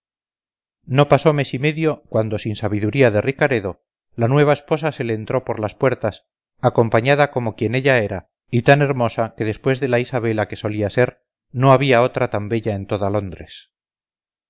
no pasó mes y medio cuando sin sabiduría de ricaredo la nueva esposa se le entró por las puertas acompañada como quien ella era y tan hermosa que después de la isabela que solía ser no había otra tan bella en toda londres